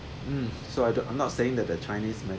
um so I don't I'm not saying that the chinese med~